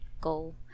go